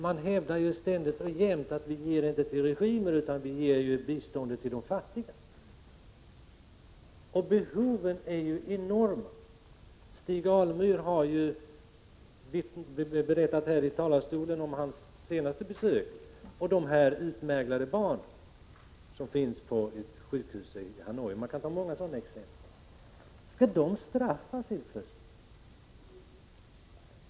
Man hävdar ju ständigt och jämt att vi inte ger bistånd till regimer utan till de fattiga. Behoven är ju enorma. Stig Alemyr har här från talarstolen berättat om sitt senaste besök i Vietnam och om de utmärglade barn som finns på ett sjukhus i Hanoi. Man kan anföra fler exempel. Skall dessa människor straffas helt plötsligt?